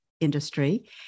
industry